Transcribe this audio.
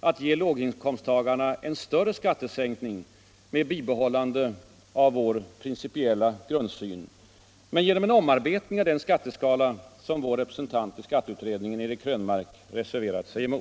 att ge låginkomsttagarna en större skattesänkning med bibehållande av vår principiella grundsyn men genom en omarbetning av den skatteskala som vår representant i skatteutredningen, Eric Krönmark, reserverat sig för.